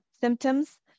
symptoms